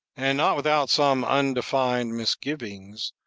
and not without some undefined misgivings,